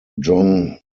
john